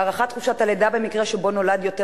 הארכת חופשת הלידה במקרה שבו נולד יותר